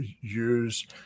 use